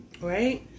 Right